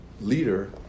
leader